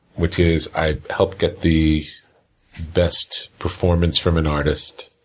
which is, i help get the best performance from an artist,